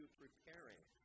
preparing